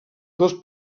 dos